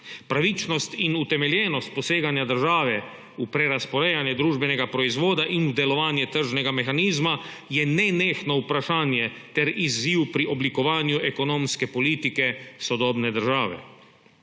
Pravičnost in utemeljenost poseganja države v prerazporejanje družbenegaproizvoda in v delovanje tržnega mehanizma je nenehno vprašanje ter izziv pri oblikovanju ekonomske politike sodobne države.